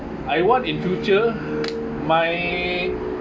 I want in future my